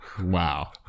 wow